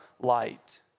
light